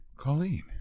Colleen